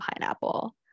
pineapple